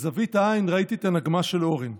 בזווית העין ראיתי את הנגמ"ש של אורן.